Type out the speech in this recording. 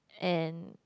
and